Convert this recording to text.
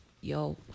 Yo